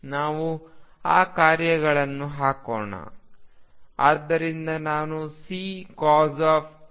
ನಾವು ಆ ಕಾರ್ಯಗಳನ್ನು ಹಾಕೋಣ